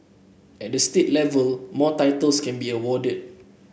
at the state level more titles can be awarded